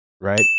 right